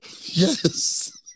Yes